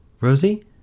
Rosie